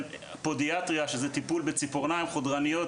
טיפול בציפורניים חודרניות,